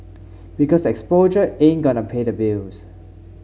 because exposure ain't gonna pay the bills